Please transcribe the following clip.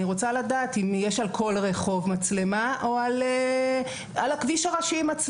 אני רוצה לדעת אם יש על כל רחוב מצלמה או על הכביש הראשי.